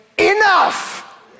enough